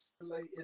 Related